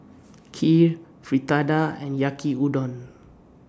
Kheer Fritada and Yaki Udon